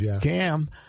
Cam